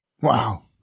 Wow